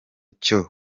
cyo